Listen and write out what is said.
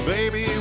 Baby